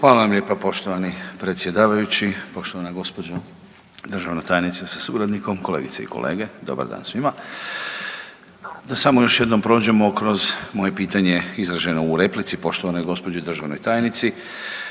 Hvala vam lijepa poštovani predsjedavajući, poštovana gđo. državna tajnice sa suradnikom, kolegice i kolege dobar dan svima. Da samo još jednom prođemo kroz moje pitanje izraženo u replici poštovanoj gđi. državnoj tajnici.